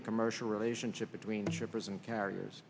the commercial relationship between shippers and carriers